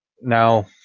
Now